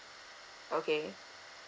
okay